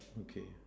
okay